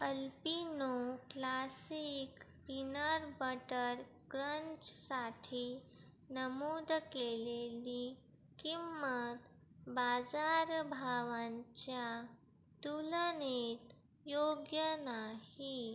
Alpino classic peanut butter क्रंचसाठी नमूद केलेली किंमत बाजारभावांच्या तुलनेत योग्य नाही